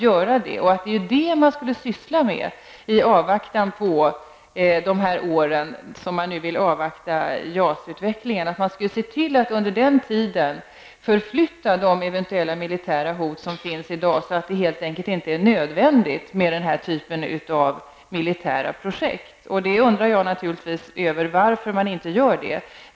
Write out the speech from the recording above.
Under den tid som man avvaktar JAS-utvecklingen borde man se till att förflytta de eventuella militära hot som finns i dag så att det helt enkelt inte är nödvändigt med denna typ av militära projekt. Jag undrar naturligtvis varför man inte gör det.